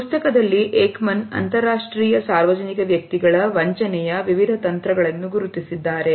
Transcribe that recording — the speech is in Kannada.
ಈ ಪುಸ್ತಕದಲ್ಲಿ ಏಕಮನ್ ಅಂತರಾಷ್ಟ್ರೀಯ ಸಾರ್ವಜನಿಕ ವ್ಯಕ್ತಿಗಳ ವಂಚನೆಯ ವಿವಿಧ ತಂತ್ರಗಳನ್ನು ಗುರುತಿಸಿದ್ದಾರೆ